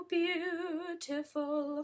beautiful